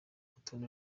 urutonde